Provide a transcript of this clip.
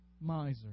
miser